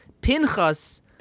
Pinchas